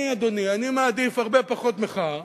אני, אדוני, אני מעדיף הרבה פחות מחאה